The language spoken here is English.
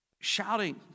shouting